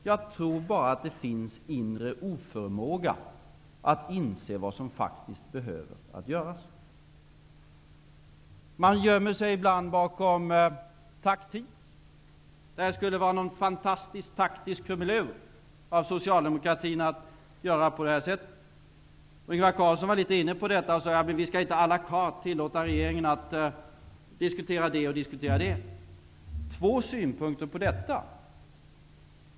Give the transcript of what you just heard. Jag tror att det bara finns inre oförmåga att inse vad som faktiskt behöver göras. Man gömmer sig ibland bakom taktik. Det skulle vara någon fantastisk taktisk krumelur av Socialdemokratin att göra på det här sättet. Ingvar Carlsson var inne litet på det och sade: Vi skall inte à la carte tillåta regeringen att diskutera det och diskutera det. Två synpunkter på detta.